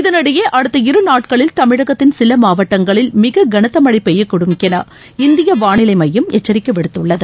இதனிடையே அடுத்த இரு நாட்களில் தமிழகத்தின் சில மாவட்டங்களில் மிக கனத்த மழை பெய்யக்கூடும் என இந்திய வானிலை மையம் எச்சரிக்கை விடுத்துள்ளது